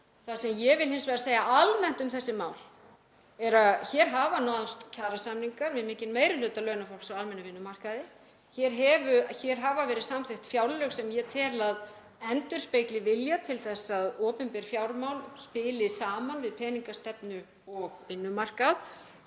Það sem ég vil hins vegar segja almennt um þessi mál er að hér hafa náðst kjarasamningar við mikinn meiri hluta launafólks á almennum vinnumarkaði og hér hafa verið samþykkt fjárlög sem ég tel að endurspegli vilja til þess að opinber fjármál spili saman við peningastefnu og vinnumarkað.